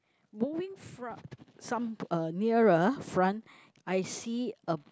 moving front some uh nearer front I see a